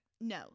No